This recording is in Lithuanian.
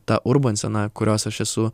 ta urban scena kurios aš esu